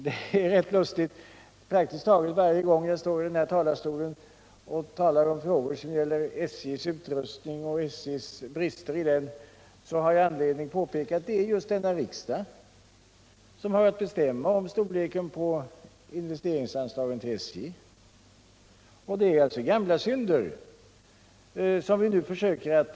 Det är rätt lustigt att jag praktiskt taget varje gång jag står i den här talarstolen och talar i frågor som gäller SJ:s utrustning och bristerna i den utrustningen har anledning påpeka att det är riksdagen som har att bestämma storleken på investeringsanslagen till SJ. Bristerna beror alltså på gamla synder, som vi nu försöker reparera.